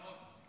אלמוג,